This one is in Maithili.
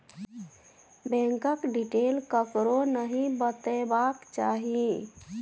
बैंकक डिटेल ककरो नहि बतेबाक चाही